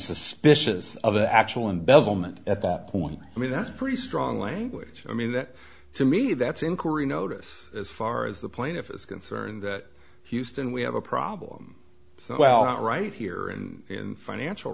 suspicious of the actual embezzlement at that point i mean that's pretty strong language i mean that to me that's inquiry notice as far as the plaintiff is concerned that houston we have a problem so out right here and financial